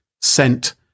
sent